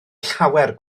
llawer